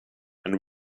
and